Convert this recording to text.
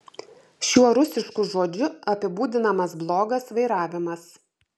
šiuo rusišku žodžiu apibūdinamas blogas vairavimas